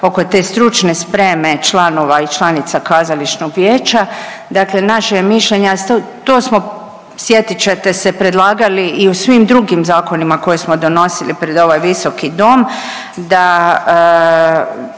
oko te stručne spreme članova i članica kazališnog vijeća, dakle naše je mišljenje, a to smo, sjetit ćete se, predlagali i u svim drugim zakonima koje smo donosili pred ovaj visoki Dom, da